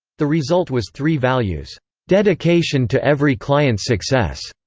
the result was three values dedication to every client's success,